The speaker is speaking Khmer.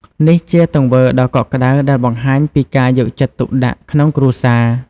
នេះជាទង្វើដ៏កក់ក្តៅដែលបង្ហាញពីការយកចិត្តទុកដាក់ក្នុងគ្រួសារ។